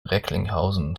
recklinghausen